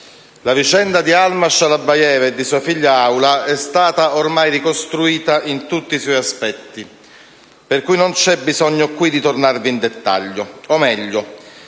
la vicenda di Alma Shalabayeva e di sua figlia Alua è stata ormai ricostruita in tutti i suoi aspetti, per cui non c'è bisogno di tornarvi qui in dettaglio. O meglio: